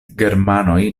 germanoj